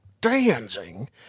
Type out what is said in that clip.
dancing